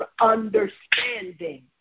understanding